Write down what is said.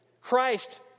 Christ